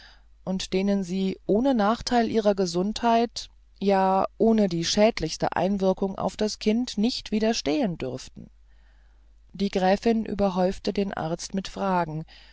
und denen sie ohne nachteil ihrer gesundheit ja ohne die schädlichste einwirkung auf das kind nicht widerstehen dürften die gräfin überhäufte den arzt mit fragen